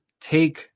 take